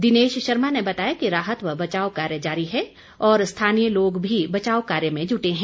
दिनेश शर्मा ने बताया कि राहत व बचाव कार्य जारी है और स्थानीय लोग भी बचाव कार्य में जुटे हैं